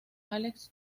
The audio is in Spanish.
álex